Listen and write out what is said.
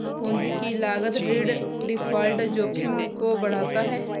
पूंजी की लागत ऋण डिफ़ॉल्ट जोखिम को बढ़ाता है